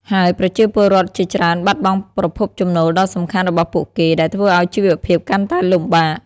ហើយប្រជាពលរដ្ឋជាច្រើនបាត់បង់ប្រភពចំណូលដ៏សំខាន់របស់ពួកគេ ដែលធ្វើឱ្យជីវភាពកាន់តែលំបាក។